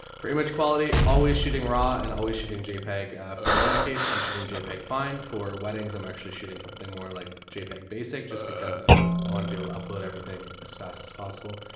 for image quality, always shooting raw and always shooting jpeg for landscapes, i'm shooting jpeg fine for weddings i'm actually shooting something more like jpeg basic just because i want to be able to upload everything as fast as possible.